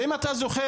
ואם אתה זוכר,